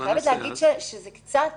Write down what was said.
שצריך